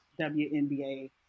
WNBA